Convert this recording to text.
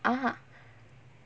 (uh huh)